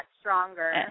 stronger